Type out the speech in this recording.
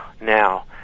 now